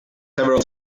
several